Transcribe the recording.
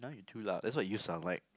true lah that's what youths are like